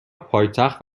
پایتخت